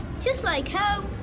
just like home.